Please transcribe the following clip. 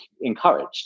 encouraged